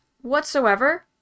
whatsoever